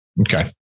Okay